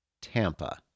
Tampa